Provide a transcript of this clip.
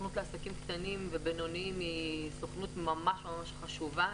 הסוכנות לעסקים קטנים ובינוניים היא סוכנות ממש ממש חשובה.